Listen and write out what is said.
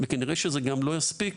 וכנראה שזה גם לא יספיק